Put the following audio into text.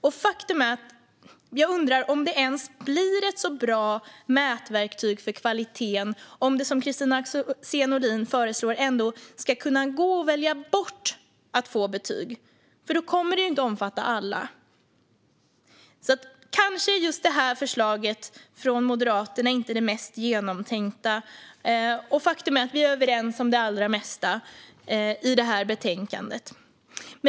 Jag undrar faktiskt om det ens blir ett så bra mätverktyg för kvaliteten om det, som Kristina Axén Olin föreslår, ändå ska gå att välja bort betyg. Då kommer det ju inte att omfatta alla. Detta förslag från Moderaterna är kanske inte det mest genomtänkta. Faktum är att vi i övrigt är överens om det allra mesta i detta betänkande.